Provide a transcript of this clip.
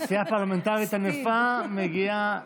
עשייה פרלמנטרית ענפה מגיעה